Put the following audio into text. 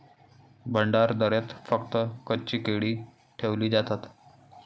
भंडारदऱ्यात फक्त कच्ची केळी ठेवली जातात